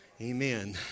Amen